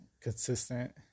consistent